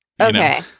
Okay